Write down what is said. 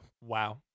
Wow